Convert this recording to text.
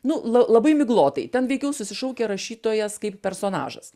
nu l labai miglotai ten veikiau susišaukia rašytojas kaip personažas